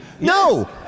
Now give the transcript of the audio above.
No